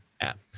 app